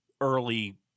early